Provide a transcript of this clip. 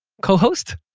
co-host?